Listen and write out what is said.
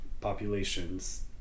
populations